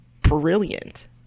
brilliant